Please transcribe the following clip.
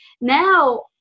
Now